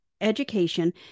education